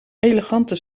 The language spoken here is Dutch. elegante